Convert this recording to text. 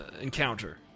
encounter